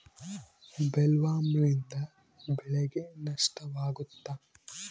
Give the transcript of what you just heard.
ಬೊಲ್ವರ್ಮ್ನಿಂದ ಬೆಳೆಗೆ ನಷ್ಟವಾಗುತ್ತ?